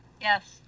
Yes